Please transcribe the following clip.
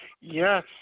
Yes